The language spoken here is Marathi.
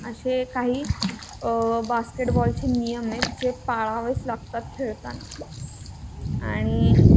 असे काही बास्केटबॉलचे नियम आहेत जे पाळावेच लागतात खेळताना आणि